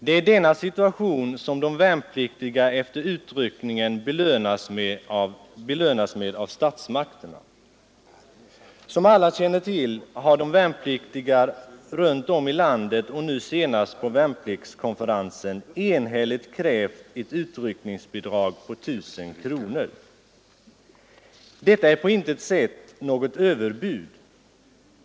Det är denna situation som de värnpliktiga efter utryckningen belönas med av statsmakterna. Som alla känner till har de värnpliktiga runt om i landet och nu senast vid värnpliktsriksdagen enhälligt krävt ett utryckningsbidrag på 1 000 kronor. Detta är på intet sätt något överbud.